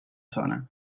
zona